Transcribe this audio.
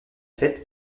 fête